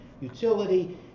utility